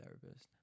therapist